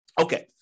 Okay